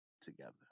together